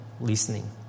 listening